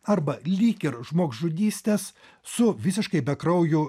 arba lyg ir žmogžudystės su visiškai bekrauju